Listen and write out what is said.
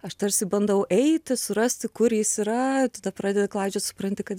aš tarsi bandau eiti surasti kur jis yra tada pradedi klaidžiot supranti kad